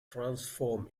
transform